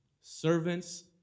servants